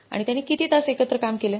आणि त्यांनी किती तास एकत्र काम केले